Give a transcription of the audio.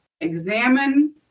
examine